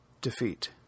defeat